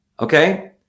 Okay